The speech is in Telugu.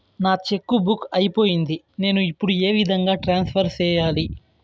నా చెక్కు బుక్ అయిపోయింది నేను ఇప్పుడు ఏ విధంగా ట్రాన్స్ఫర్ సేయాలి?